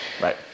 right